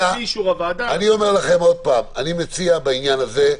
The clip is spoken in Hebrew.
אני אומר עוד פעם, אני מציע בעניין הזה,